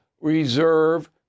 reserve